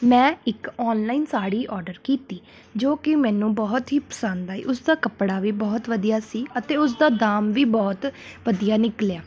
ਮੈਂ ਇੱਕ online sari order ਕੀਤੀ ਜੋ ਕਿ ਮੈਨੂੰ ਬਹੁਤ ਹੀ ਪਸੰਦ ਆਈ ਉਸ ਦਾ ਕੱਪੜਾ ਵੀ ਬਹੁਤ ਵਧੀਆ ਸੀ ਅਤੇ ਉਸ ਦਾ ਦਾਮ ਵੀ ਬਹੁਤ ਵਧੀਆ ਨਿਕਲਿਆ